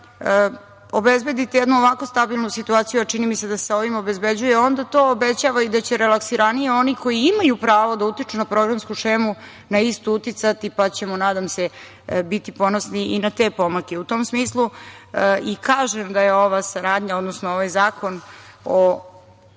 obezbedite jednu ovako stabilnu situaciju, a čini mi se, sa ovim obezbeđujemo, onda to obećava i da će relaksiranije oni koji imaju pravo da utiču na programsku šemu na istu uticati, pa ćemo nadam se, biti ponosni i na te pomake.U tom smislu, i kažem da je ova saradnja, odnosno ovaj zakon o